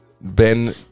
Ben